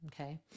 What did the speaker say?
Okay